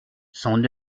son